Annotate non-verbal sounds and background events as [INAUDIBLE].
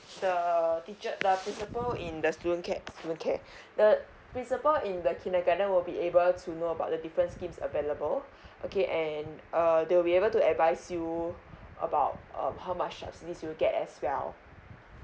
the teacher the principal in the student care student care [BREATH] the principal in the kindergarten will be able to know about the different schemes available [BREATH] okay and err they'll be able to advise you about um how much subsidies you'll get as well